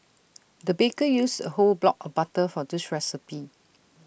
the baker used A whole block of butter for this recipe